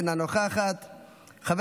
אינה נוכחת,